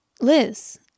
Liz